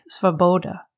Svoboda